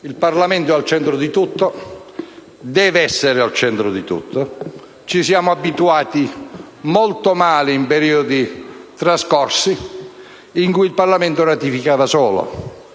Il Parlamento è al centro di tutto e deve essere al centro di tutto: ci siamo abituati molto male nei periodi trascorsi, in cui il Parlamento si limitava soltanto